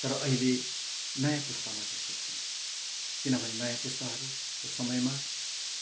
तर अहिले नयाँ पुस्तामा त्यस्तो छैन किनभने नयाँ पुस्ताहरूको समयमा